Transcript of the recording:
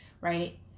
right